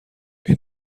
این